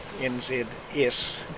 NZS